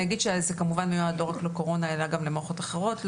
אני אגיד שזה כמובן מיועד לא רק לקורונה אלא גם למערכות אחרות.